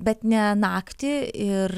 bet ne naktį ir